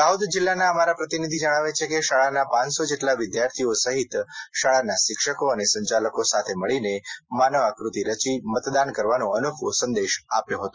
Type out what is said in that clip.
દાહોદ જિલ્લાના અમારા પ્રતિનિધિ જણાવે છે કે શાળાના પાંચસો જેટલા વિદ્યાર્થીઓ સહિત શાળાના શિક્ષકો અને સંચાલકો સાથે મળીને માનવ આકૃતિ રચી મતદાન કરવાનો અનોખો સંદેશો આપ્યો હતો